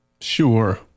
Sure